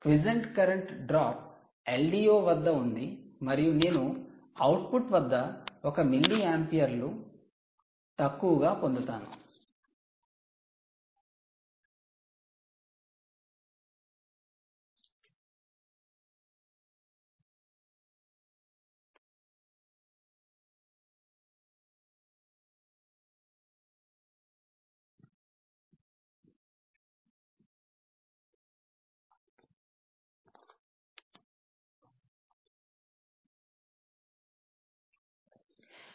quiescent current drop LDO వద్ద ఉంది మరియు నేను అవుట్పుట్ వద్ద ఒక మిల్లియాంపియర్లు తక్కువగా పొందుతాను